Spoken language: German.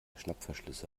schnappverschlüsse